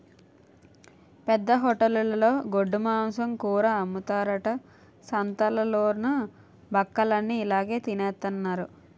పెద్ద హోటలులో గొడ్డుమాంసం కూర అమ్ముతారట సంతాలలోన బక్కలన్ని ఇలాగె తినెత్తన్నారు